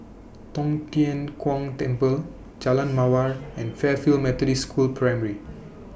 Tong Tien Kung Temple Jalan Mawar and Fairfield Methodist School Primary